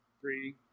three